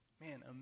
man